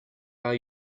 are